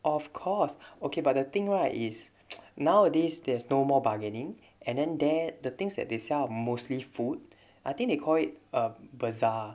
of course okay but the thing right is nowadays there's no more bargaining and then there the things that they sell mostly food I think they call it a bazaar